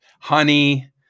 honey